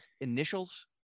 initials